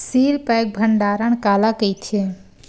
Seal pack भंडारण काला कइथे?